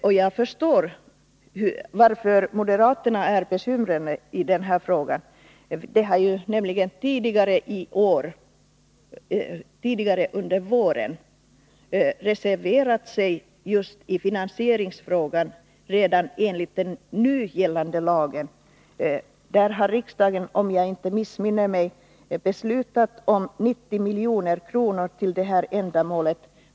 Och moderaterna har tidigare under våren reserverat sig i finansieringsfrågan redan beträffande den nu gällande lagen. Där har riksdagen, om jag inte missminner mig, beslutat om 90 milj.kr. till det här Nr 156 ändamålet.